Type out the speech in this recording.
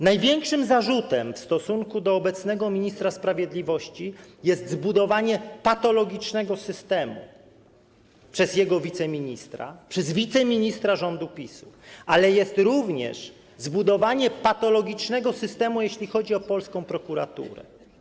Największym zarzutem w stosunku do obecnego ministra sprawiedliwości jest zbudowanie patologicznego systemu przez jego wiceministra, przez wiceministra rządu PiS-u, ale również zbudowanie patologicznego systemu, jeśli chodzi o polską prokuraturę.